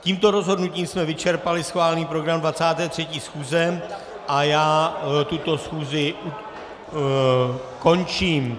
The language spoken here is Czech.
Tímto rozhodnutím jsme vyčerpali schválený program 23. schůze a já tuto schůzi končím.